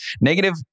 negative